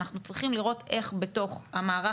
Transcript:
אנחנו צריכים לראות איך בתוך המערך